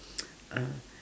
uh